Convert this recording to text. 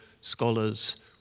scholars